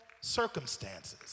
circumstances